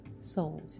sold